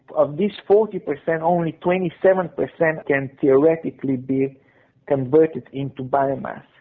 of this forty percent only twenty seven percent can theoretically be converted into biomass.